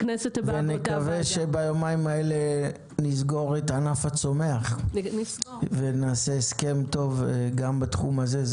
נקווה שביומיים האלה נסגור את ענף הצומח ונעשה הסכם טוב גם בתחום הזה.